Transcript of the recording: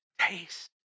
taste